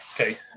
okay